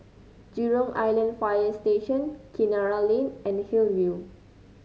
Jurong Island Fire Station Kinara Lane and Hillview